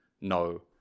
no